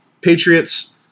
Patriots